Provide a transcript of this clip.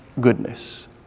goodness